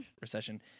recession